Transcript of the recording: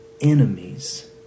enemies